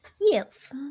Yes